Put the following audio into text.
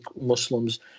Muslims